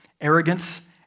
arrogance